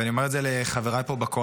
ואני אומר את זה לחבריי פה בקואליציה.